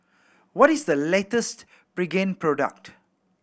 what is the latest Pregain product